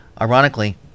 Ironically